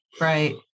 Right